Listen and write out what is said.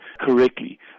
correctly